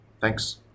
Thanks